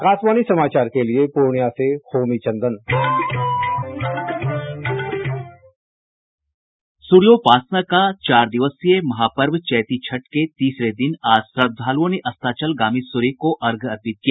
आकाशवाणी समाचार के लिए पूर्णिया से होमी चंदन सूर्योपासना के चार दिवसीय महापर्व चैती छठ के तीसरे दिन आज श्रद्धालुओं ने अस्ताचलगामी सूर्य को अर्घ्य अर्पित किया